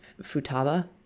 Futaba